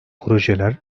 projeler